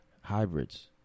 hybrids